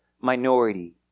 minority